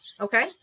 Okay